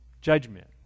judgment